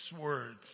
words